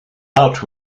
out